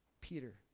Peter